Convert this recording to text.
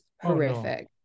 horrific